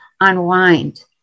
unwind